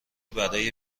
برای